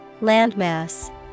Landmass